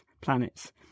planets